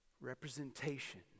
representation